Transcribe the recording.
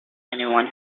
anyone